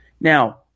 Now